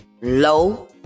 Low